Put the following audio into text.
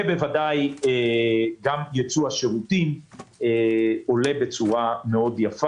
ובוודאי גם ייצוא השירותים עולה בצורה יפה מאוד.